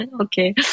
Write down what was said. Okay